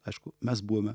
aišku mes buvome